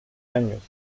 años